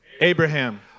Abraham